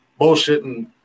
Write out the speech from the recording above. bullshitting